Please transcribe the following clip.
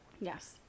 Yes